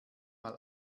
mal